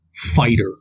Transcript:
fighter